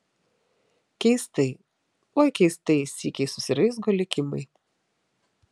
keistai oi keistai sykiais susiraizgo likimai